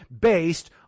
based